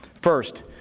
First